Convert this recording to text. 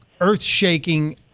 earth-shaking